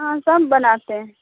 ہاں سب بناتے ہیں